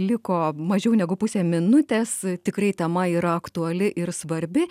liko mažiau negu pusė minutės tikrai tema yra aktuali ir svarbi